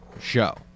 show